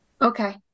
Okay